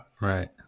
Right